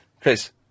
Chris